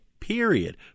period